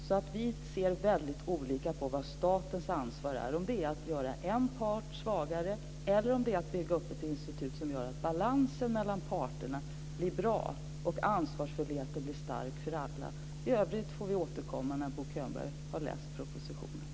Vi ser alltså väldigt olika på vad statens ansvar är, om det är att göra en part svagare eller om det är att bygga upp ett institut som gör att balansen mellan parterna blir bra och att ansvaret blir starkt för alla. I övrigt får vi återkomma när Bo Könberg har läst propositionen.